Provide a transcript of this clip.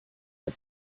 and